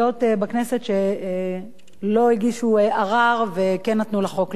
הדתיות בכנסת, שלא הגישו ערר וכן נתנו לחוק לעבור.